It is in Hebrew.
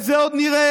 את זה עוד נראה.